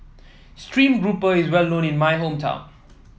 stream grouper is well known in my hometown